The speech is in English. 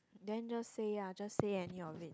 then just say ah just say any of it